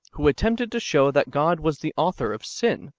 who attempted to show that god was the author of sin,